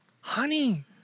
honey